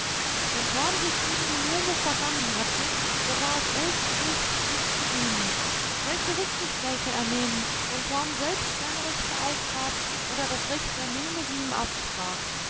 wenn torm sich gegen die nume vergangen hatte so war es ells pflicht dies zu sühnen welche rücksicht sollte er nehmen wenn torm selbst seine rechte aufgab oder das recht der nume sie ihm absprach